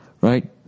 right